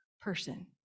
person